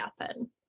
happen